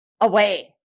away